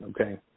okay